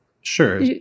Sure